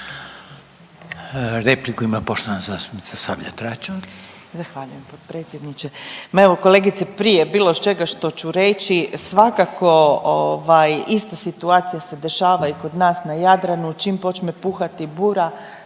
Repliku ima poštovana zastupnica Sabljar Dračevac.